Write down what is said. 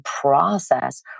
process